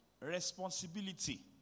Responsibility